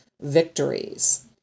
victories